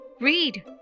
read